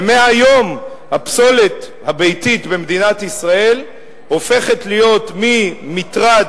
ומהיום הפסולת הביתית במדינת ישראל הופכת להיות ממטרד